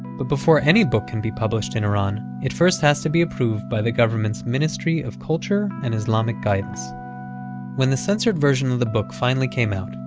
but before any book can be published in iran, it first has to be approved by the government's ministry of culture and islamic guidance when the censored version of the book finally came out,